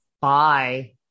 Bye